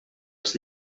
els